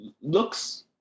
looks